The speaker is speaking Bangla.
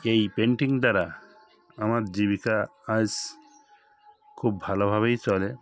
এই পেন্টিং দ্বারা আমার জীবিকা আজ খুব ভালোভাবেই চলে